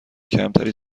کمتری